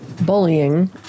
bullying